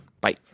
bye